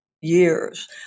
years